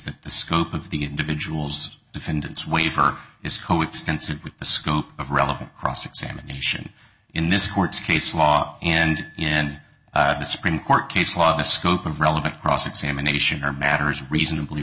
that the scope of the individual's defendant's waiver is coextensive with the scope of relevant cross examination in this court's case law and in the supreme court case law the scope of relevant cross examination are matters reasonably